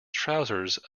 trousers